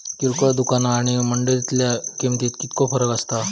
किरकोळ दुकाना आणि मंडळीतल्या किमतीत कितको फरक असता?